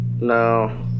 No